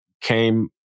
came